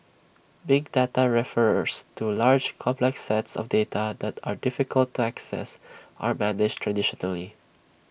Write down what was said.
big data refers to large complex sets of data that are difficult to access or manage traditionally